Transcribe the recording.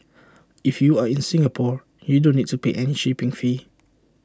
if you are in Singapore you don't need to pay any shipping fee